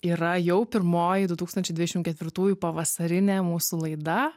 yra jau pirmoji du tūkstančiai dvidešim ketvirtųjų pavasarinė mūsų laida